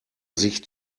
sich